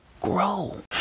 grow